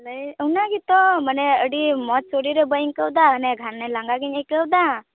ᱚᱱᱟᱜᱮᱛᱚ ᱢᱟᱱᱮ ᱟᱹᱰᱤ ᱢᱚᱡᱽ ᱥᱩᱨᱤᱨ ᱦᱚᱸ ᱵᱟᱹᱧ ᱟᱹᱠᱟᱹᱣᱮᱫᱟ ᱱᱮ ᱜᱷᱟᱱᱮ ᱞᱟᱝᱜᱟᱜᱮᱧ ᱟᱹᱠᱟᱹᱣᱮᱫᱟ